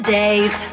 days